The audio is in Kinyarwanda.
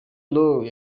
roy